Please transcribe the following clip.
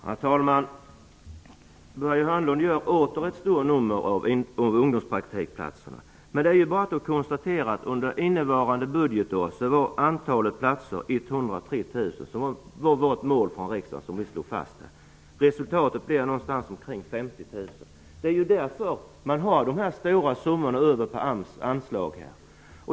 Herr talman! Börje Hörnlund gör åter ett stort nummer av ungdomspraktikplatserna. Det är bara att konstatera att antalet platser under innevarande budgetår var 103 000. Det var det mål som riksdagen slog fast. Resultatet blev någonstans omkring 50 000. Det är därför som man har dessa stora summor över på AMS anslag.